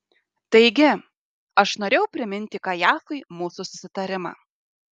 taigi aš norėjau priminti kajafui mūsų susitarimą